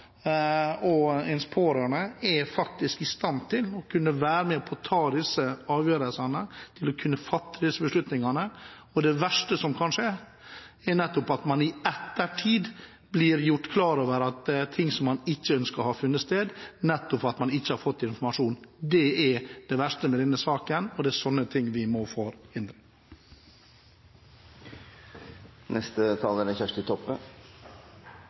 de pårørende er faktisk i stand til å kunne være med på å ta disse avgjørelsene, til å kunne fatte disse beslutningene, og det verste som kan skje, er at man i ettertid blir gjort klar over at ting man ikke ønsker, har funnet sted, nettopp fordi man ikke har fått informasjon. Det er det verste med denne saken, og det er sånne ting vi må forhindre. Eg òg vil takka for utgreiinga. Dette er